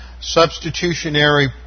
substitutionary